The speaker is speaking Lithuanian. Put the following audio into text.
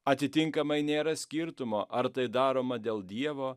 atitinkamai nėra skirtumo ar tai daroma dėl dievo